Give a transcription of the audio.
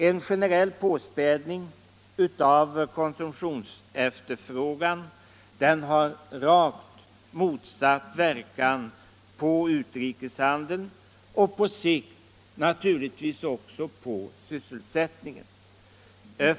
En generell påspädning av konsumtionsefterfrågan har en rakt motsatt verkan på utrikeshandeln och på sikt naturligtvis också på sysselsättningen.